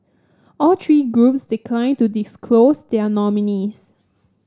all three groups declined to disclose their nominees